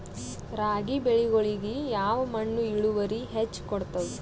ರಾಗಿ ಬೆಳಿಗೊಳಿಗಿ ಯಾವ ಮಣ್ಣು ಇಳುವರಿ ಹೆಚ್ ಕೊಡ್ತದ?